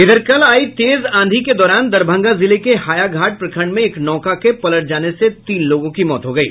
इधर कल आयी तेज आंधी के दौरान दरभंगा जिले के हाया घाट प्रखंड में एक नौका के पलट जाने से तीन लोगों की मौत हो गयी